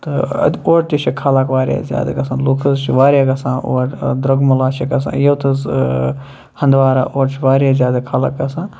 تہٕ اور تہِ چھِ خلق واریاہ زیادٕ گَژھان لُکھ حظ چھِ واریاہ گَژھان اوور دُرۄغملہ چھِ گَژھان یوت ہَنٛدوارا اورٕ چھُ زیادٕ خلق گَژھان